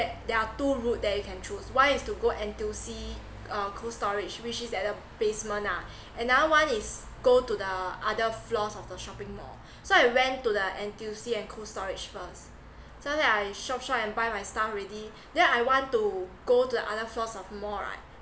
there are two route that you can choose one is to go N_T_U_C uh cold storage which is at the basement ah another one is go to the other floors of the shopping mall so I went to the N_T_U_C and cold storage first suddenly I shop shop and buy my stuff already then I want to go to the other floors of mall right